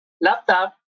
laptop